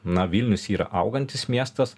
na vilnius yra augantis miestas